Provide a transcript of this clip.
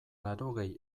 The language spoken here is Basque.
laurogei